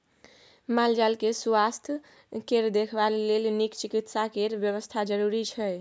माल जाल केँ सुआस्थ केर देखभाल लेल नीक चिकित्सा केर बेबस्था जरुरी छै